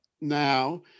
now